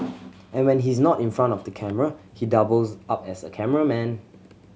and when he's not in front of the camera he doubles up as a cameraman